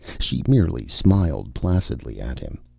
she merely smiled placidly at him.